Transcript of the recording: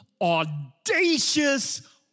audacious